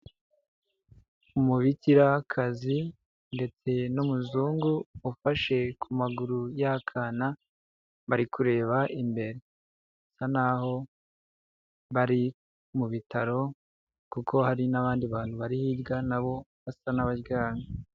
Umubikirakazi ndetse n'umuzungu ufashe ku maguru y'akana bari kureba imbere, bisa naho bari mu bitaro kuko hari n'abandi bantu bari hirya na bo basa n'abaryamye.